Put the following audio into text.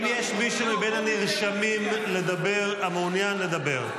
האם יש מישהו מבין הנרשמים לדבר המעוניין לדבר?